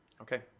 Okay